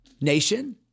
nation